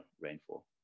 rainfall